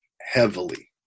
heavily